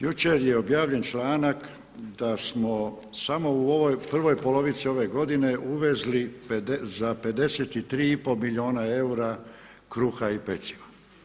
Jučer je objavljen članak da smo samo u ovoj prvoj polovici ove godine uvezli za 53,5 milijuna eura kruha i peciva.